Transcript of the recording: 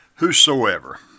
Whosoever